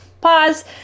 pause